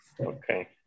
Okay